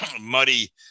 muddy